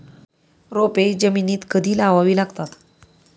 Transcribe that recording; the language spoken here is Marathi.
रोपे जमिनीत कधी लावावी लागतात?